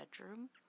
bedroom